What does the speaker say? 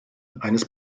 eines